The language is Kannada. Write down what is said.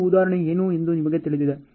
ಈ ಉದಾಹರಣೆ ಏನು ಎಂದು ನಿಮಗೆ ತಿಳಿದಿದೆ